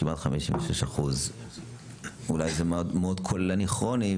כמעט 56%. אולי זה מאוד כוללני כרוני,